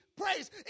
Praise